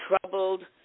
troubled